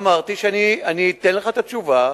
אמרתי שאני אתן לך את התשובה,